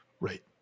Right